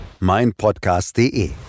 meinpodcast.de